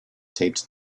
taped